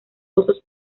osos